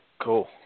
cool